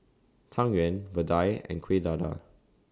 Tang Yuen Vadai and Kueh Dadar